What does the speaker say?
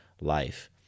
life